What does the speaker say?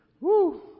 woo